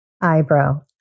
Eyebrow